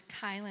Kylan